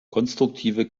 konstruktive